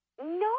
No